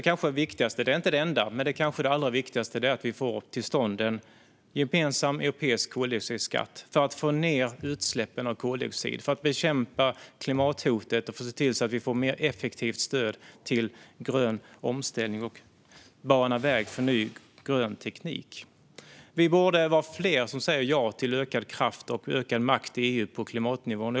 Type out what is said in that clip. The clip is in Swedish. Det är inte det enda, men det kanske allra viktigaste är att vi får till stånd en gemensam europeisk koldioxidskatt för att få ned utsläppen av koldioxid, bekämpa klimathotet och se till att vi får mer effektivt stöd till grön omställning och banar väg för ny grön teknik. Vi borde vara fler som säger ja till ökad kraft och ökad makt till EU-nivån i klimatfrågan.